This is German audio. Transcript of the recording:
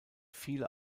viele